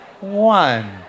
one